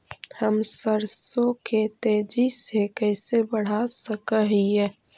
हम सरसों के तेजी से कैसे बढ़ा सक हिय?